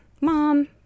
Mom